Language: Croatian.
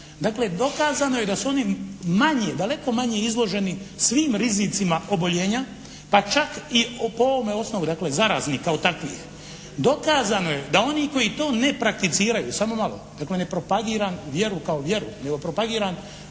Dakle, dokazano je da su oni manje, daleko manje izloženi svim rizicima oboljenja pa čak i po ovom osnovu, dakle zaraznih kao takvih. Dokazano je da oni koji to ne prakticiraju, samo malo dakle ne propagiram vjeru kao vjeru nego propagiram